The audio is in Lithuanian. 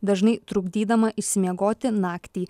dažnai trukdydama išsimiegoti naktį